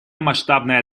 масштабная